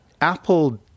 Apple